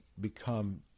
become